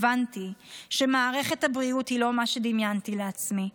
הבנתי שמערכת הבריאות היא לא מה שדמיינתי לעצמי.